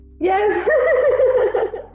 Yes